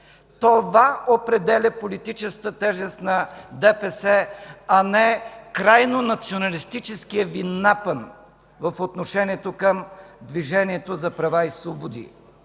Това определя политическата тежест на ДПС, а не крайно националистическия Ви напън в отношението към Движението за права и свободи.